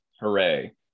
Hooray